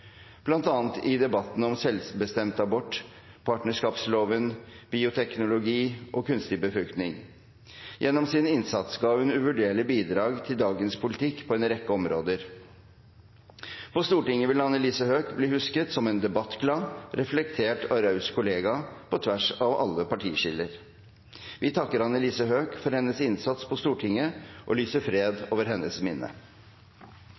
bl.a. i debatten om selvbestemt abort, partnerskapsloven, bioteknologi og kunstig befruktning. Gjennom sin innsats ga hun uvurderlige bidrag til dagens politikk på en rekke områder. På Stortinget vil Annelise Høegh bli husket som en debattglad, reflektert og raus kollega, på tvers av alle partiskiller. Vi takker Annelise Høegh for hennes innsats på Stortinget og lyser fred over hennes minne.